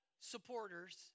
supporters